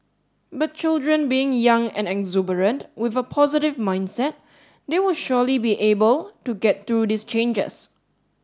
but children being young and exuberant with a positive mindset they will surely be able to get through these changes